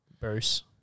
Bruce